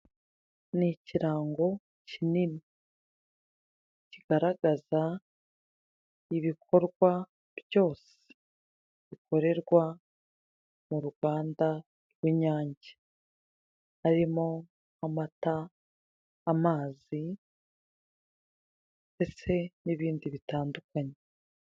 Ni ikirango kinini kigaragaraza ibikorwa byose bikorerwa mu ruganda rw'inyange harimo amata, amazi ndetse n'ibindi bitandukanye.